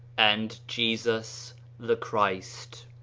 and jesus the christ.